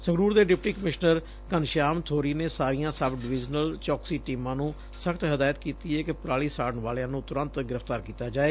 ਸੰਗਰੁਰ ਦੇ deputy commissioner Ghanshyam Bori ਨੇ ਸਾਰੀਆਂ ਸਬ ਡਵੀਜ਼ਨਲ ਚੌਕਸੀ ਟੀਮਾਂ ਨੂੰ ਸਖ਼ਤ ਹਦਾਇਤ ਕੀਤੀ ਏ ਕਿ ਪਰਾਲੀ ਸਾਤਨ ਵਾਲਿਆਂ ਨੂੰ ਤੁਰੰਤ ਗ੍ਰਿਫਤਾਰ ਕੀਤਾ ਜਾਵੇ